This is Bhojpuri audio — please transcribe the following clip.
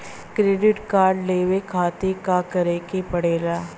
क्रेडिट कार्ड लेवे खातिर का करे के पड़ेला?